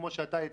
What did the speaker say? כמו שאתה הצגת,